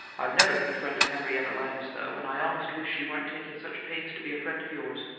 i've never been a friend of henrietta lamb's, though, and i almost wish she weren't taking such pains to be a friend of yours.